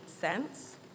cents